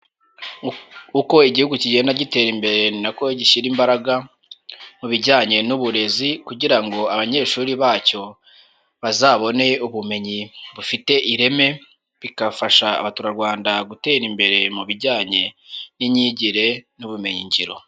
Uko igihugu kigenda gitera imbere ni nako gishyira imbaraga mu bijyanye n'uburezi, kugira ngo abanyeshuri bacyo bazabone ubumenyi bufite ireme, bigafasha abaturarwanda gutera imbere mu bijyanye n'imyigire n'ubumenyi ngiro.